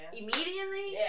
immediately